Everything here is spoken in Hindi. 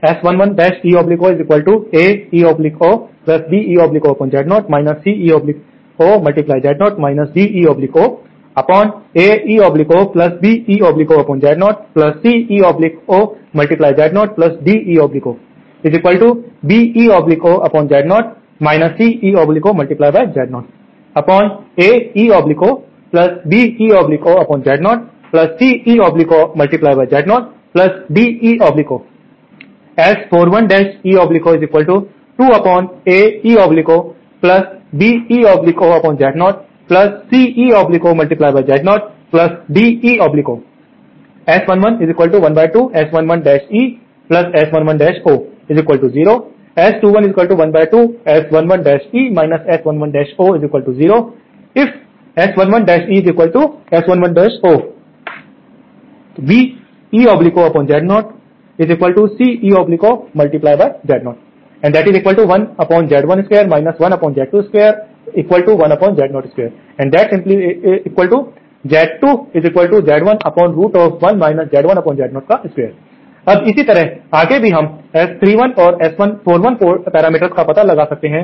अब इसी तरह आगे भी हम S31 और S41 पैरामीटर्स का पता लगा सकते हैं